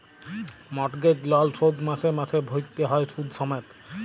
mortgage লল শোধ মাসে মাসে ভ্যইরতে হ্যয় সুদ সমেত